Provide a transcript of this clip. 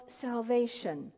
salvation